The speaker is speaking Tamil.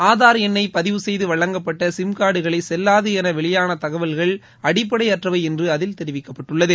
ஆதார் எண்ணை பதிவு செய்து வழங்கப்பட்ட சிம் கார்டுகளை செல்லாது என வெளியான தகவல்கள் அடிப்படை அற்றவை என்று அதில் தெரிவிக்கப்பட்டுள்ளது